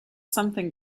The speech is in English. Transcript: something